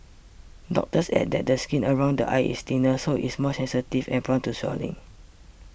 doctors add that the skin around the eyes is thinner so it is more sensitive and prone to swelling